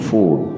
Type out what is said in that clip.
Food